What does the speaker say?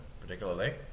particularly